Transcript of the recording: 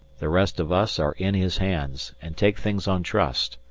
the rest of us are in his hands and take things on trust.